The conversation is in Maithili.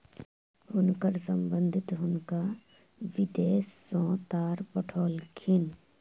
हुनकर संबंधि हुनका विदेश सॅ तार पठौलखिन